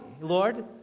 Lord